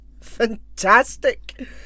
Fantastic